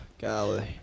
Golly